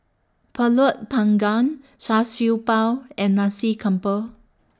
Pulut Panggang Char Siew Bao and Nasi Campur